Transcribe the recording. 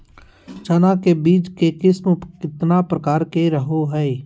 चना के बीज के किस्म कितना प्रकार के रहो हय?